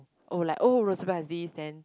oh like oh Rosevel has this then